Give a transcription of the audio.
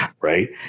right